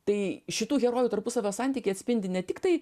tai šitų herojų tarpusavio santykiai atspindi ne tiktai